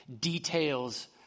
details